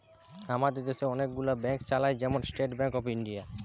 আমাদের দেশ অনেক গুলো ব্যাংক চালায়, যেমন স্টেট ব্যাংক অফ ইন্ডিয়া